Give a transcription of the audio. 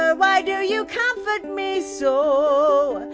ah why do you comfort me so?